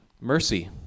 mercy